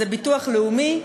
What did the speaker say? זה ביטוח לאומי?